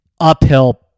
uphill